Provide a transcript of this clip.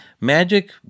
magic